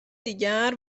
دیگر